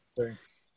thanks